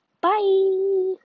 Bye